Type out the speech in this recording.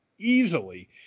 easily